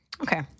Okay